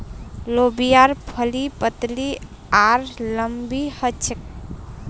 लोबियार फली पतली आर लम्बी ह छेक